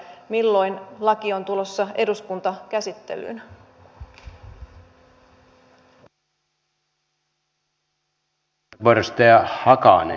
milloin laki on tulossa eduskuntakäsittelyyn